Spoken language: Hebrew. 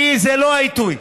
כי זה לא העיתוי.